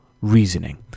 reasoning